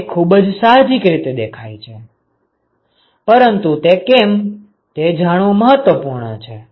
તે ખૂબ જ સાહજિક રીતે દેખાય છે પરંતુ તે કેમ છે તે જાણવું મહત્વપૂર્ણ છે